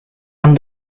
han